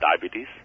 diabetes